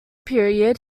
period